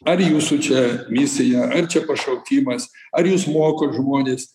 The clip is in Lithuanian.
ar jūsų čia misija ar čia pašaukimas ar jūs mokot žmones